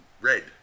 red